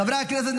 חברי הכנסת,